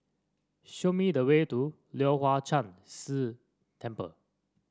show me the way to Leong Hwa Chan Si Temple